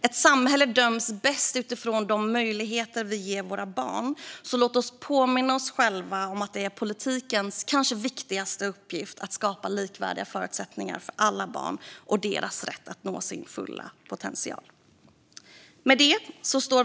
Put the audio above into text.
Ett samhälle döms bäst utifrån de möjligheter vi ger våra barn, så låt oss påminna oss själva om att det är politikens kanske viktigaste uppgift att skapa likvärdiga förutsättningar för alla barn och deras rätt att nå sin fulla potential.